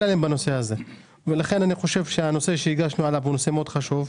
עליהם בנושא הזה ולכן אני חושב שהנושא שהגשנו עליו הוא נושא מאוד חשוב,